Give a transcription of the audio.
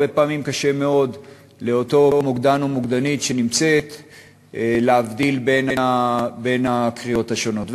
הרבה פעמים קשה מאוד לאותו מוקדן או מוקדנית להבדיל בין הקריאות השונות.